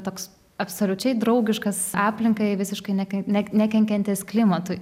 toks absoliučiai draugiškas aplinkai visiškai nieken ne nekenkiantis klimatui